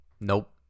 Nope